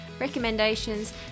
recommendations